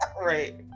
Right